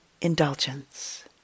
indulgence